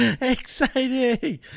Exciting